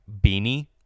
beanie